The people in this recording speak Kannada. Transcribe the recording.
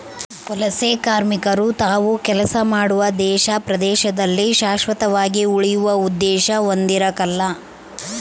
ವಲಸೆಕಾರ್ಮಿಕರು ತಾವು ಕೆಲಸ ಮಾಡುವ ದೇಶ ಪ್ರದೇಶದಲ್ಲಿ ಶಾಶ್ವತವಾಗಿ ಉಳಿಯುವ ಉದ್ದೇಶ ಹೊಂದಿರಕಲ್ಲ